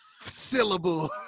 syllable